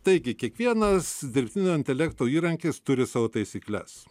taigi kiekvienas dirbtinio intelekto įrankis turi savo taisykles